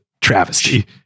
travesty